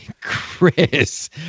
Chris